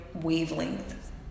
wavelength